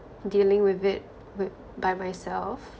dealing with it wi~ by myself